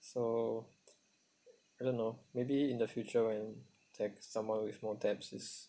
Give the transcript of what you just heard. so I don't know maybe in the future when to like someone with more debts is